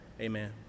Amen